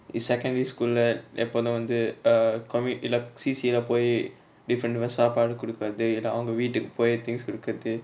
is secondary school lah எப்போது வந்து:eppothu vanthu err comi~ இல்ல:illa C_C lah போய்:poy tifenduva சாப்பாடு குடுப்ப:saapaadu kudupa they இல்ல அவங்க வீட்டுக்கு போய்:illa avanga veetuku poy things குடுக்குரது:kudukurathu